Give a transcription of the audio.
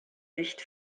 nicht